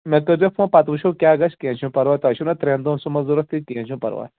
مے کٔرۍزیٚو فون پتہٕ وُچھُو کیٛاہ گژھِ کیٚنٛہہ چھُنہٕ پرواے تۅہہِ چھُو نا ترٛٮ۪ن دۄہن سُمبتھ ضروٗرت کیٚنٛہہ چھُنہٕ پرواے